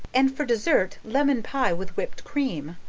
and for dessert, lemon pie with whipped cream,